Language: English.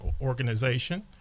organization